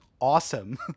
awesome